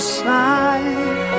side